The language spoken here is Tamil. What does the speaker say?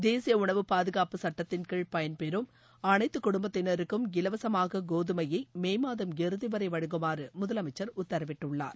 தேசிய உணவுப்பாதுகாப்பு சுட்டத்தின் கீழ பயன்பெறும் அனைத்து குடும்பத்தினருக்கும் இலவசமாக கோதுமையை மோதம் இறுதி வரை வழங்குமாறு முதலமைச்சர் உத்தரவிட்டுள்ளார்